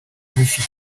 ruso